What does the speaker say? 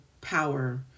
power